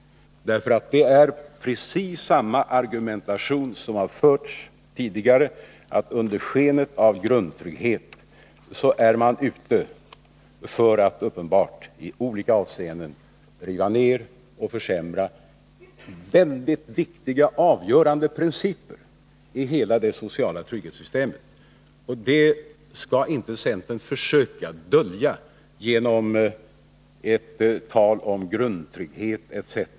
Det är precis samma argumentation där som den som har förts tidigare — medan man vill ge sken av att eftersträva en ökad grundtrygghet är man ute efter att riva ner och försämra viktiga delar av det sociala trygghetssystemet. Detta skall inte centern försöka dölja genom tal om grundtrygghet etc.